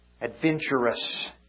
adventurous